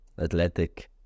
Athletic